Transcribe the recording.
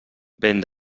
vent